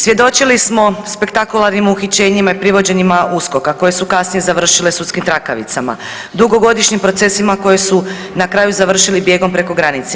Svjedočili smo spektakularnim uhićenjima i privođenjima USKOK-a koje su kasnije završile sudskim trakavicama, dugogodišnjim procesima koji su na kraju završili bijegom preko granice.